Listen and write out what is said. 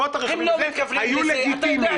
שריפות הרכבים היו לגיטימיים.